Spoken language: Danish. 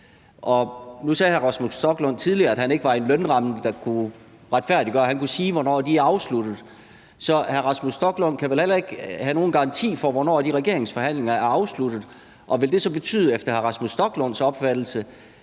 Nu sagde hr. Rasmus Stoklund tidligere, at han ikke var i en lønramme, der kunne retfærdiggøre, at han kunne sige, hvornår de er afsluttet. Så hr. Rasmus Stoklund kan vel heller ikke give nogen garanti for, hvornår de regeringsforhandlinger er afsluttet? Og vil det så efter hr. Rasmus Stoklunds opfattelse